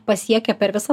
pasiekia per visą